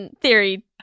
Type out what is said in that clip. theory